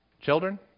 Children